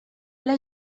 ela